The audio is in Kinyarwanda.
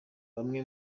bamwe